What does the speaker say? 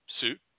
suit